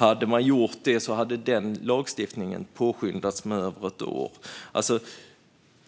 Om man hade gjort det hade den lagstiftningen påskyndats med mer än ett år.